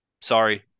Sorry